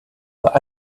but